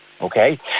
okay